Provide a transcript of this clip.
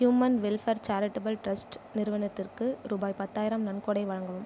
human welfare charitable trust நிறுவனத்திற்கு ரூபாய் பத்தாயிரம் நன்கொடை வழங்கவும்